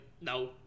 no